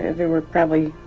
there were probably